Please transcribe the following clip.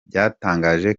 byatangaje